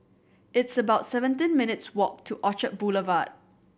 it's about seventeen minutes' walk to Orchard Boulevard